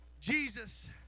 Jesus